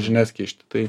žinias kišti tai